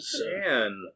man